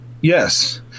Yes